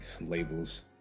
labels